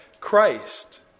Christ